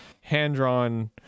hand-drawn